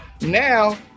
Now